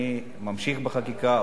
אני ממשיך בחקיקה,